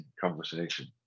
conversation